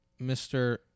Mr